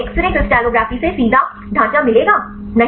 तो आपको X ray crystallography से सीधा ढांचा मिलेगा